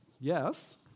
yes